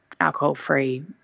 alcohol-free